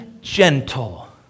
gentle